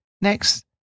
Next